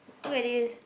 look at this